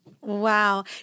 Wow